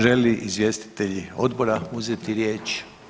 Žele li izvjestitelji Odbora uzeti riječ?